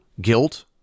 guilt